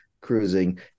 Cruising